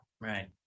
Right